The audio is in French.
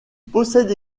possède